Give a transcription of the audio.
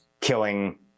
killing